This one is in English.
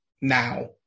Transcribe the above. now